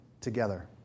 together